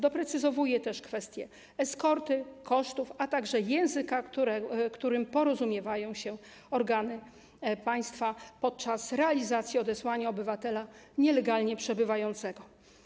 Doprecyzowuje też kwestię eskorty, kosztów, a także języka, którym porozumiewają się organy państwa podczas realizacji odesłania obywatela nielegalnie przebywającego.